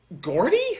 Gordy